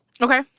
Okay